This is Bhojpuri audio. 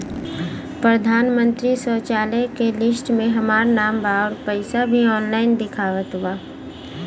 प्रधानमंत्री शौचालय के लिस्ट में हमार नाम बा अउर पैसा भी ऑनलाइन दिखावत बा